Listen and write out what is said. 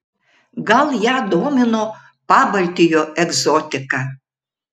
gal ją domino pabaltijo egzotika